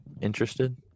interested